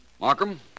Markham